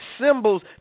symbols